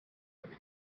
earth